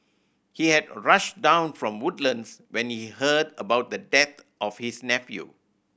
he had rushed down from Woodlands when he heard about the death of his nephew